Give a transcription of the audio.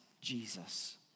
Jesus